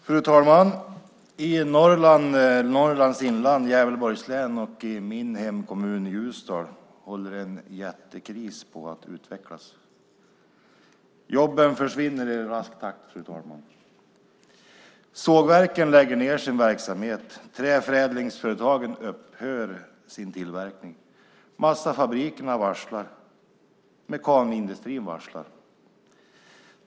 Fru talman! I Norrlands inland, Gävleborgs län och min hemkommun Ljusdal håller en jättekris på att utvecklas. Jobben försvinner i rask takt, fru talman. Sågverken lägger ned sin verksamhet. Träförädlingsföretagen upphör med sin tillverkning. Massafabrikerna varslar. Mekanindustrin varslar.